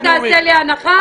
אתה תעשה לי הנחה?